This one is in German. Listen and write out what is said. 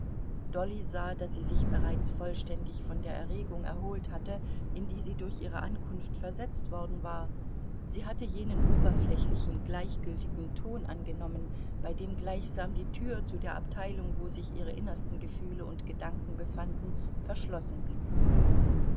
dolly sah daß sie sich bereits vollständig von der erregung erholt hatte in die sie durch ihre ankunft versetzt worden war sie hatte jenen oberflächlichen gleichgültigen ton angenommen bei dem gleichsam die tür zu der abteilung wo sich ihre innersten gefühle und gedanken befanden verschlossen blieb